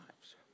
lives